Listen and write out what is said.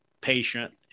patient